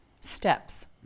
steps